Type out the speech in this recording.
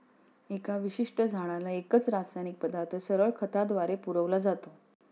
एका विशिष्ट झाडाला एकच रासायनिक पदार्थ सरळ खताद्वारे पुरविला जातो